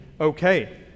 okay